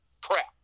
crap